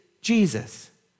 Jesus